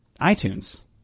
iTunes